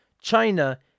china